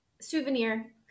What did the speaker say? souvenir